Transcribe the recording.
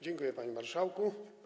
Dziękuję, panie marszałku.